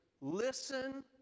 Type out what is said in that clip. Listen